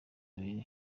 abiri